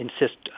insist